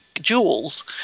jewels